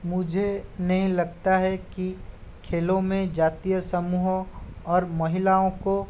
मुझे नहीं लगता है कि खेलों में जातीय समूहों और महिलाओं को